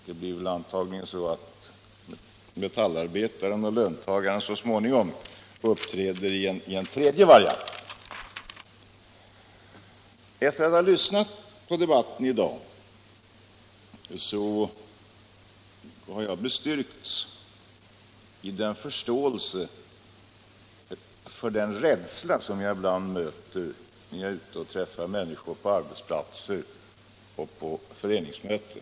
Antagligen blir det så, att metallarbetaren och löntagaren så småningom uppträder i en tredje variant. Efter att ha lyssnat på debatten i dag har jag fått ännu större förståelse för den rädsla som jag ibland möter när jag träffar människor på arbetsplatser och föreningsmöten.